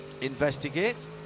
investigate